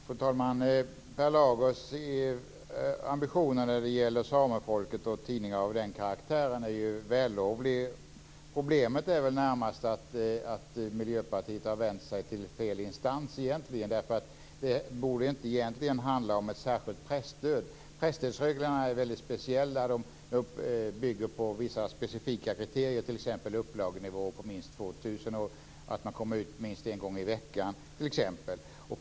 Fru talman! Per Lagers ambitioner när det gäller tidningen Samefolket och tidningar av den karaktären är kanske vällovliga. Problemet är närmast att Miljöpartiet väl har vänt sig till fel instans, för egentligen borde det inte handla om ett särskilt presstöd. Presstödsreglerna är väldigt speciella och bygger på vissa specifika kriterier, t.ex. på en upplagenivå om minst 2 000 eller utgivning minst en gång i veckan.